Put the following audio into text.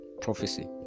prophecy